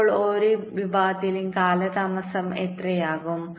ഇപ്പോൾ ഓരോ വിഭാഗത്തിന്റെയും കാലതാമസം എത്രയാകും